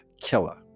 killer